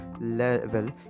level